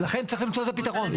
ולכן צריך למצוא איזשהו פתרון.